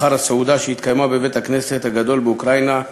אחר הסעודה שהתקיימה בבית-הכנסת הגדול באוקראינה.